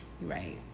Right